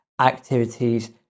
activities